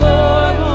Lord